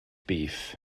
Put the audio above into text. beef